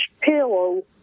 pillow